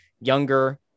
younger